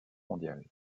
mondiale